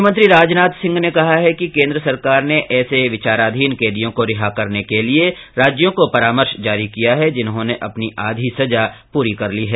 गृह मंत्री राजनाथ सिंह ने कहा है कि केन्द्र सरकार ने ऐसे विचाराधीन कैदियों को रिहा करने के लिये राज्यों को परमर्श जारी किया है जिन्होंने अपनी आधी सजा पूरी कर ली है